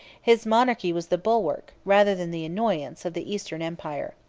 his monarchy was the bulwark, rather than the annoyance, of the eastern empire.